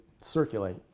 circulate